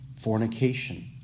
fornication